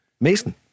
Mason